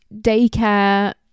daycare